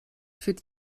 führt